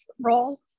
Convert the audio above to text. role